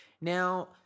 Now